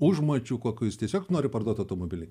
užmačių kokių jis tiesiog nori parduot automobilį